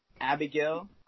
Abigail